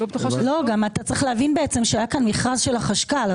צריך להבין שהמכרז הוא של השחכ"ל.